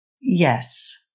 Yes